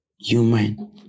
human